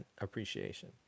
appreciation